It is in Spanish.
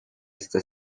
esta